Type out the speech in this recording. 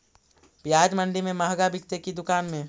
प्याज मंडि में मँहगा बिकते कि दुकान में?